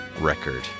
record